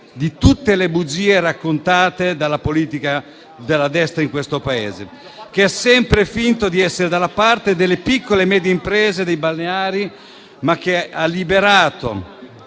di tutte le bugie raccontate dalla politica della destra in questo Paese, che ha sempre finto di essere dalla parte delle piccole e medie imprese e dei balneari, ma che ha portato